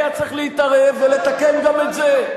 היה צריך להתערב ולתקן גם את זה.